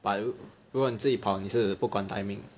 but 如如果你自己跑你是不管 timing